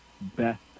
best